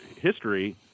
history